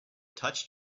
touched